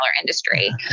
industry